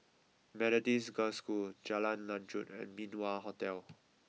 Methodist Girls' School Jalan Lanjut and Min Wah Hotel